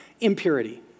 impurity